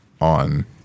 on